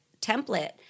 template